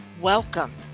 Welcome